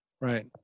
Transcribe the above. Right